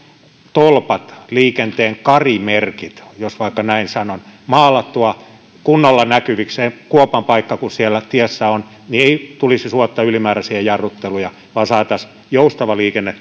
tolpat liikenteen karimerkit jos vaikka näin sanon maalattua kunnolla näkyviksi kun se kuopan paikka siellä tiessä on niin ei tulisi suotta ylimääräisiä jarrutteluja vaan saataisiin joustava turvallinen liikenne